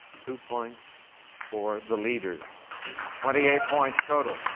two points for the leaders. twenty-eight points total.